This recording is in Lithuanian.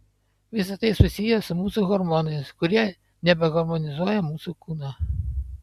visa tai susiję su mūsų hormonais kurie nebeharmonizuoja mūsų kūno